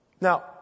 Now